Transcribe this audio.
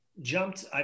jumped